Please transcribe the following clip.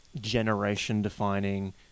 generation-defining